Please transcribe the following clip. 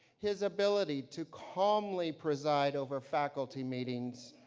his ability to calmly preside over faculty meetings,